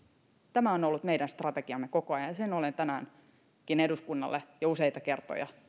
tämä on ollut meidän strategiamme koko ajan ja sen olen tänäänkin eduskunnalle jo useita kertoja